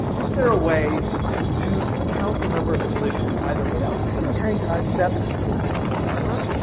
is there a way to do, to count the number of collisions, either without tiny tiny timesteps that take forever,